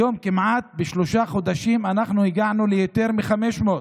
היום כמעט בשלושה חודשים אנחנו הגענו ליותר מ-500,